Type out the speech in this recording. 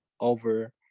over